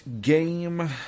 game